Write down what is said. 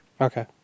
Okay